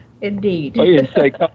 Indeed